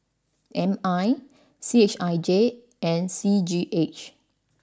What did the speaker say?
M I C H I J and C G H